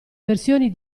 versioni